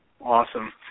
Awesome